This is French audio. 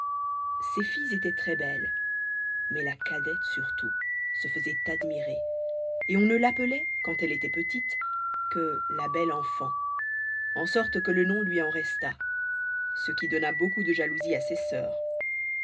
ses filles étaient très-belles mais la cadette sur-tout se faisait admirer et on ne l'appelait quand elle était petite que la belle enfant en sorte que le nom lui en resta ce qui donna beaucoup de jalousie à ses sœurs